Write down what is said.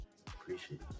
Appreciate